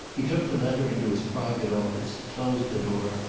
he took the letter into his private office, closed the door,